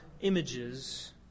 images